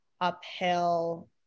uphill